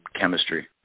chemistry